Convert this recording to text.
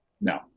no